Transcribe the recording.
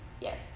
Yes